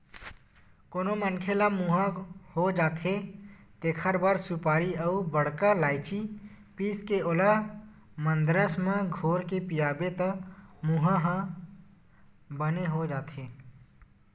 कोनो मनखे ल मुंहा हो जाथे तेखर बर सुपारी अउ बड़का लायची पीसके ओला मंदरस म घोरके पियाबे त मुंहा ह बने हो जाथे